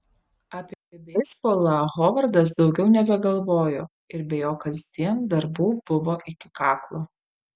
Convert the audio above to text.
apie beisbolą hovardas daugiau nebegalvojo ir be jo kasdien darbų buvo iki kaklo